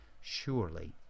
Surely